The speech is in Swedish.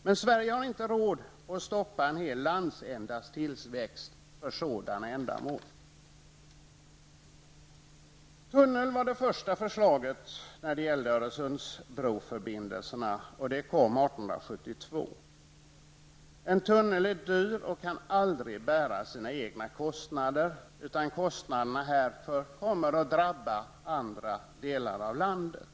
Men Sverige har inte råd att stoppa en hel landsändas tillväxt av sådana skäl. Öresund. Det kom år 1872. En tunnel är dyr och kan aldrig bära sina egna kostnader. Kostnaderna härför kommer att drabba andra delar av landet.